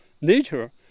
nature